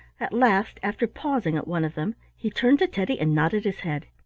at last, after pausing at one of them, he turned to teddy and nodded his head.